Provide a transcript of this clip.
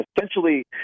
Essentially